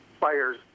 players